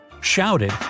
shouted